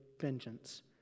vengeance